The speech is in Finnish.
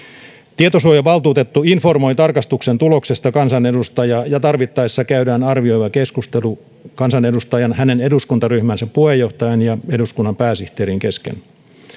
tietosuojavaltuutettu informoi tarkastuksen tuloksesta kansanedustajaa ja tarvittaessa käydään arvioiva keskustelu kansanedustajan hänen eduskuntaryhmänsä puheenjohtajan ja eduskunnan pääsihteerin kesken